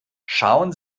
schauen